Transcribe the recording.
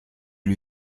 lui